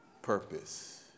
purpose